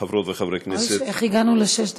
חברות וחברי הכנסת, איך הגענו לשש דקות?